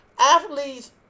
athletes